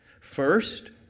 First